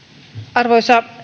arvoisa